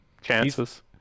Chances